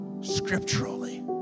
scripturally